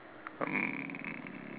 um